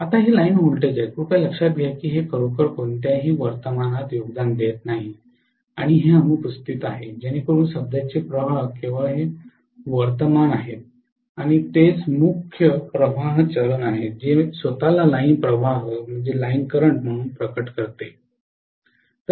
आता हे line voltage आहे कृपया लक्षात घ्या की हे खरोखर कोणत्याही वर्तमानात योगदान देत नाही हे अनुपस्थित आहे जेणेकरून सध्याचे प्रवाह केवळ हे वर्तमान आहे आणि तेच मुख्य प्रवाह चरण आहे जे स्वतःला लाइन प्रवाह म्हणून प्रकट करते